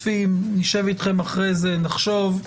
אנחנו כרגע אוספים, נשב אתכם אחרי זה, נחשוב.